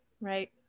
right